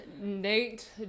Nate